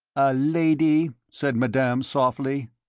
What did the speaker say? a lady? said madame, softly.